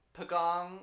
Pagong